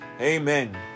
Amen